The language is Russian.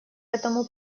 этому